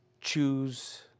choose